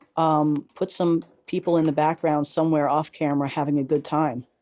um put some people in the background somewhere off camera having a good time.